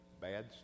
bad